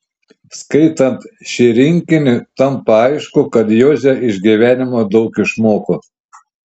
skaitant šį rinkinį tampa aišku kad joze iš gyvenimo daug išmoko